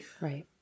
right